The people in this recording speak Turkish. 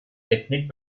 etnik